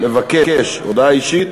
לבקש הודעה אישית,